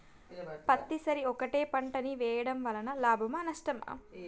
పత్తి సరి ఒకటే పంట ని వేయడం వలన లాభమా నష్టమా?